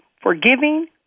forgiving